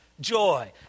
joy